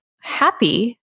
happy